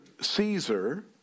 Caesar